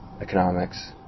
Economics